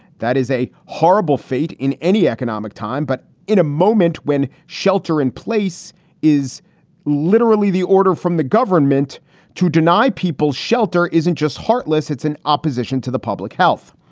that is a horrible fate in any economic time. but in a moment when shelter in place is literally the order from the government to deny people shelter isn't just heartless, it's an opposition to the public health.